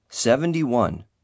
Seventy-one